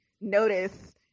notice